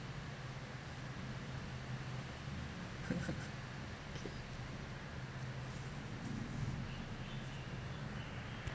okay